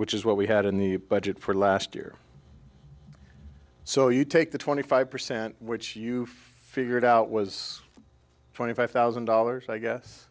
which is what we had in the budget for last year so you take the twenty five percent which you figured out was twenty five thousand dollars i guess